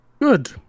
Good